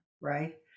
right